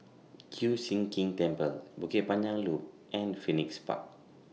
Kiew Sian King Temple Bukit Panjang Loop and Phoenix Park